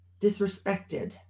disrespected